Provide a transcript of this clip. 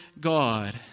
God